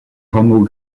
rameau